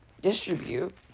Distribute